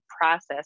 process